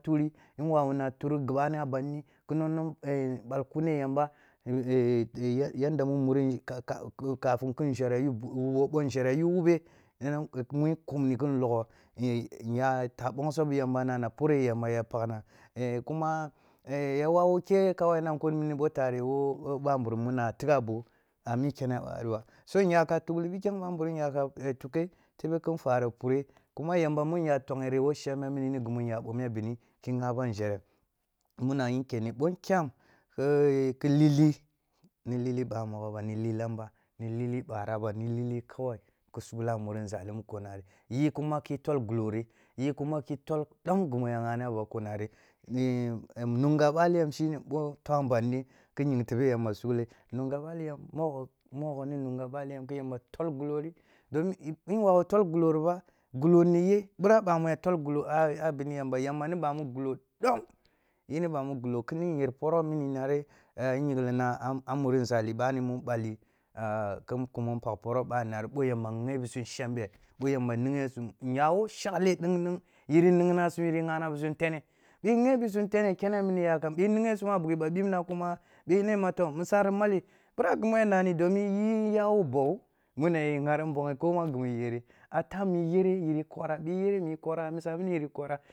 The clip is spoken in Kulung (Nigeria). Nwawu ha turi gibani bandi kinong non bal kune yamba kafin ki nzhere yu wub obo nzhere yu wube nyata mongso bi yamba ya pakhna e kuma e ya waw uke nakini muni wo tare wo bamburum muna tigha bukh a nu kene bani ba so nya ka tulli bikyang banburum nyake e tuke tebe ken fari pure, kuma yamba minya togheri wo shambe mini ni gimi nya bome a bini ki ghabam nzhere muna yin kyenni, ɓo nkyam ki-ki lili ni lili ba minogho ba, ni lilan ba, ni lili boar aba, ni lili kawai ki sughla mura nzali yikima ki told om yimu ya ghana ba ko nari e e nunga bali yam shini bo ntoam banri ki ying tebe yamba sughle, nunga bali yam mogho-mogho ni nunga bali yam ki yamba tol gulo ri, do min yim wabo tol gulori b, gulo ri, do min yin walbo tol gulo ri ɓa, gulo niye bira bami ya tol gulo a bini yamba yamba ni bami gulo dom, yimi bami gulo, kini nyer poro mini nari e ineng lina a muri nzali bali mani mu nballi a nkenmo npakh poro bani nari boy amba ghe bisum shembe ɓo yamba nihesum. Nyawo shagle deng-deng yiri ningna sum, yiri ghana bisum tehe bi ghe bisum tehe kene nuri yakam, bi nighe sum a bughi ba bibna kuma, bi ne ma to musa ri male brra gima nami domin niyi a yo baaw muna yi ghari nboghi konan gine nyeri, a tum mu iyere yiri korra, be iyere yiri korra, a musa mini yiri korra.